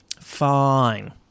fine